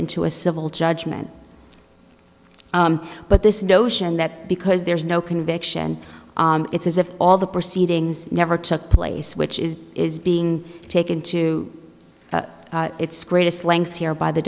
into a civil judgment but this notion that because there's no conviction it's as if all the proceedings never took place which is is being taken to its greatest length here by the